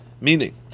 meaning